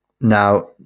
Now